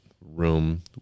room